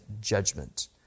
judgment